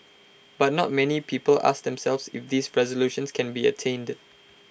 but not many people ask themselves if these resolutions can be attained